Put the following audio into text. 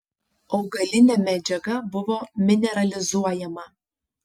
augalinė medžiaga buvo mineralizuojama